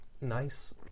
nice